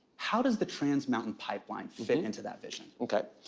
how does the trans mountain pipeline fit into that vision? okay,